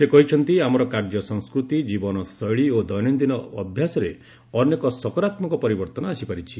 ସେ କହିଛନ୍ତି ଆମର କାର୍ଯ୍ୟ ସଂସ୍କୃତି ଜୀବନଶୈଳୀ ଓ ଦୈନନ୍ଦିନ ଅଭ୍ୟାସରେ ଅନେକ ସକାରାତ୍ମକ ପରିବର୍ତ୍ତନ ଆସିପାରିଛି